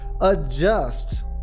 adjust